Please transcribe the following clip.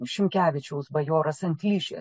šimkevičiaus bajoras ant ližės